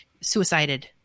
suicided